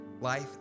life